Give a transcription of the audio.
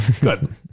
good